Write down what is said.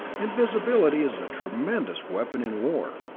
invisibility is a tremendous weapon in war,